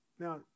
Now